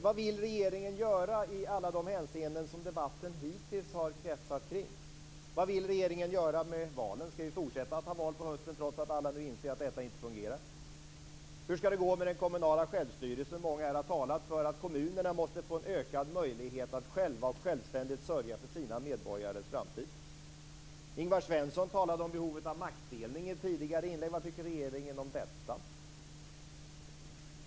Vad vill regeringen göra i alla de hänseenden som debatten hittills har kretsat kring? Vad vill regeringen göra med valen? Skall vi fortsätta att ha val på hösten, trots att alla nu inser att det inte fungerar? Hur skall det gå med den kommunala självstyrelsen? Många här har talat för att kommunerna måste få en ökad möjlighet att själva och självständigt sörja för sina medborgares framtid. Ingvar Svensson talade om behovet av maktdelning i ett tidigare inlägg. Vad tycker regeringen om detta?